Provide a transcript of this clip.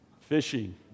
fishing